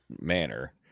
manner